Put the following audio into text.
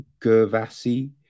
Gervasi